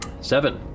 Seven